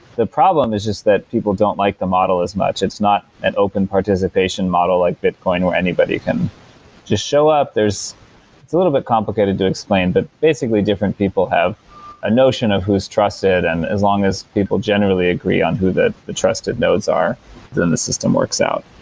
the problem is just that people don't like the model as much. it's not an open participation model like bitcoin where anybody can just show up it's a little bit complicated to explain, but basically different people have a notion of who's trusted and as long as people generally agree on who the the trusted nodes are, then the system works out.